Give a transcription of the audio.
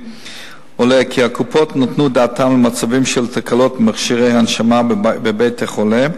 עולה כי הקופות נתנו דעתן למצבים של תקלות במכשירי הנשמה בבית החולה,